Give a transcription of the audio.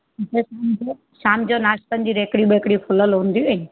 बस शाम जो नाश्तन जी रेकड़ियूं वेकड़ियूं खुलियलु हूंदियूं आहिनि